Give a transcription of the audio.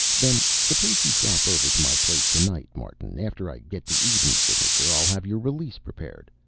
then suppose you drop over to my place tonight, martin. after i get the eden signature, i'll have your release prepared.